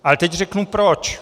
Ale teď řeknu proč.